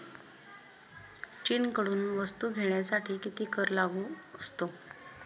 चीनकडून वस्तू घेण्यासाठी किती कर लागू असतो?